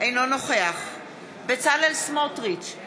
אינו נוכח בצלאל סמוטריץ,